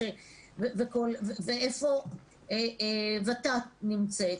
איפה ות"ת נמצאת?